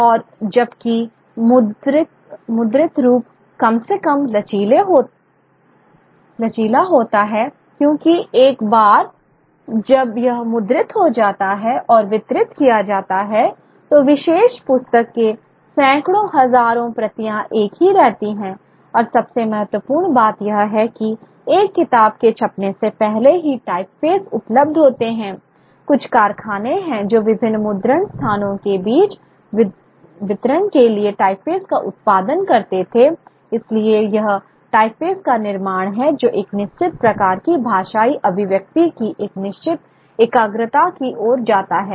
और जबकि मुद्रित रूप कम से कम लचीले होता है क्योंकि एक बार जब यह मुद्रित हो जाता है और वितरित किया जाता है तो विशेष पुस्तक की सैकड़ों हजारों प्रतियां एक ही रहती हैं और सबसे महत्वपूर्ण बात यह है कि एक किताब के छपने से पहले ही टाइपफेस उपलब्ध होते हैं कुछ कारखाने हैं जो विभिन्न मुद्रण स्थानों के बीच वितरण के लिए टाइपफेस का उत्पादन करते थे इसलिए यह टाइपफेस का निर्माण है जो एक निश्चित प्रकार की भाषाई अभिव्यक्ति की एक निश्चित एकाग्रता की ओर जाता है